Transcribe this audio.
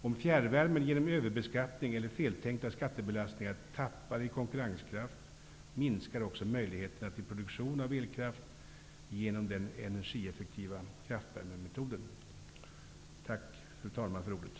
Om fjärrvärmen, genom överbeskattning eller feltänkta skattebelastningar, tappar i konkurrenskraft, minskar också möjligheterna till produktion av elkraft genom den energieffektiva kraftvärmemetoden. Tack för ordet, fru talman!